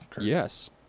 Yes